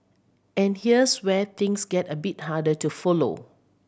and here's where things get a bit harder to follow